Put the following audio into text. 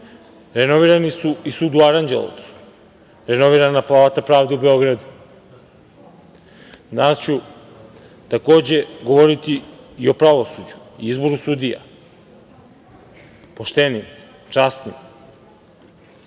Renovirani su i sud u Aranđelovcu, renovirana Palata pravde u Beogradu. Danas ću, takođe, govoriti i o pravosuđu i izboru sudija, pošteni, časni